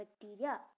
bacteria